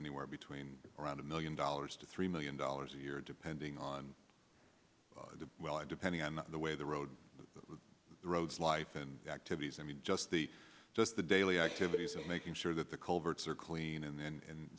anywhere between around a million dollars to three million dollars a year depending on the well i depending on the way the road the road life and activities i mean just the just the daily activities of making sure that the culverts are clean and